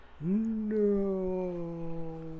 No